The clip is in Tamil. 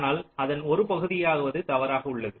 ஆனால் அதன் ஒரு பகுதியாவது தவறாக உள்ளது